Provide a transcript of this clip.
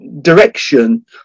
direction